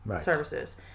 services